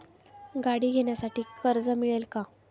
गाडी घेण्यासाठी कर्ज मिळेल का?